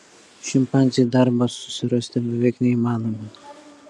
šimpanzei darbą susirasti beveik neįmanoma